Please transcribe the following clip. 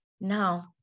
Now